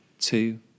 two